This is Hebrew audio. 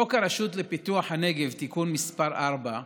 חוק הרשות לפיתוח הנגב (תיקון מס' 4)